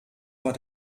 war